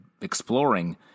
exploring